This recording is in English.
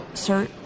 Sir